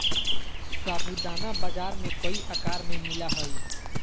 साबूदाना बाजार में कई आकार में मिला हइ